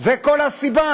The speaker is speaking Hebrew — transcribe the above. זה כל הסיבה.